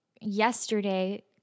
yesterday